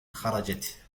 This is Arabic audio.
خرجت